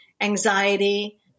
anxiety